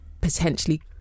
potentially